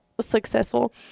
successful